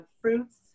fruits